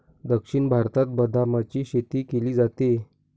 दक्षिण भारतात बदामाची शेती केली जाते